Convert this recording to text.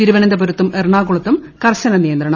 തിരുവനന്തപുരത്തും എറണാകുളത്തും കർശന നിയന്ത്രണം